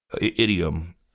idiom